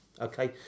okay